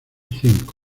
cinco